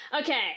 Okay